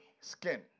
skin